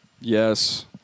Yes